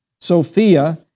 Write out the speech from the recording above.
Sophia